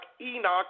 Enoch